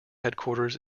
headquarters